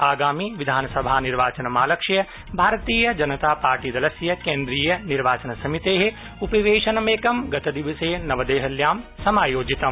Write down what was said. आगामि विधानसभा निर्वाचनम् आलक्ष्य भारतीय जनता पार्टी दलस्य केन्द्रीय निर्वाचन समिते उपवेशनमेकं गतदिवसे नवेदहल्यां समायोजितम्